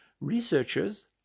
Researchers